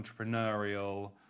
entrepreneurial